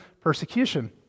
persecution